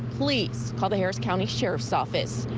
please call the harris county sheriff's office.